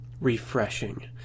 refreshing